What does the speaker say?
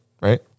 right